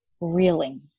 reeling